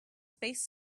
space